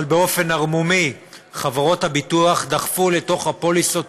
אבל באופן ערמומי חברות הביטוח דחפו לתוך הפוליסות